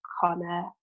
Connor